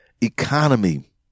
economy